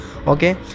Okay